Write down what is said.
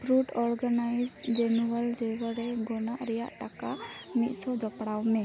fruit organics granular ᱡᱟᱜᱨᱤ ᱜᱚᱱᱚᱝ ᱨᱮᱭᱟᱜ ᱴᱟᱠᱟ ᱢᱤᱫᱥᱚ ᱡᱚᱯᱲᱟᱣ ᱢᱮ